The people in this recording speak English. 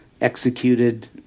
executed